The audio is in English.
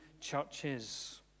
churches